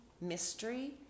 mystery